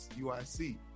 UIC